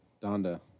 Donda